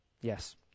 yes